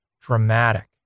dramatic